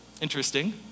Interesting